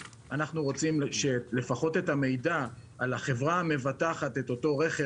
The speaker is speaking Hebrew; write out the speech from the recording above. אנחנו רוצים שלפחות את המידע על החברה המבטחת את אותו רכב